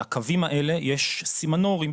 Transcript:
על הקווים האלה יש סימנורים,